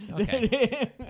Okay